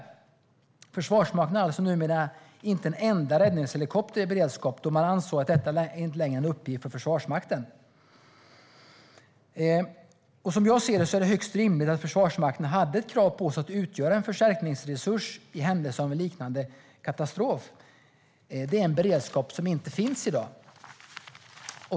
Försvarsmakten har alltså numera inte en enda räddningshelikopter i beredskap, då man ansåg att detta inte längre är en uppgift för Försvarsmakten. Som jag ser det var det högst rimligt att Försvarsmakten hade ett krav på sig att utgöra en förstärkningsresurs i händelse av en liknande katastrof. Det är en beredskap som inte finns i dag.